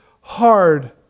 hard